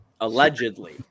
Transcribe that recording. Allegedly